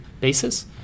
basis